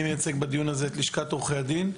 אני מייצג בדיון הזה את לשכת עורדי הדין.